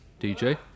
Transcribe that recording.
DJ